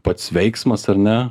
pats veiksmas ar ne